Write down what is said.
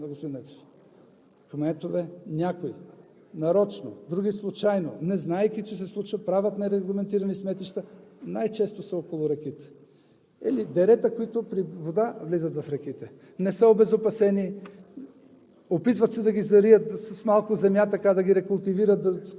Тогава ще бъде големият проблем! Връщам се на въпроса на господин Нецов. Кметове – някои нарочно, други случайно, незнаейки че се случва, правят нерегламентирани сметища, най-често са около реките или дерета, които при вода влизат в реките. Не са обезопасени,